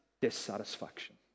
dissatisfaction